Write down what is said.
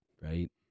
right